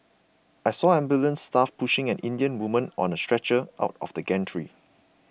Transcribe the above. I saw ambulance staff pushing an Indian woman on a stretcher out of the gantry